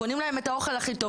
קונים להם את האוכל הכי טוב.